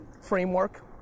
framework